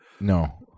No